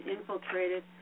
infiltrated